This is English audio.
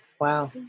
Wow